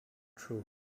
true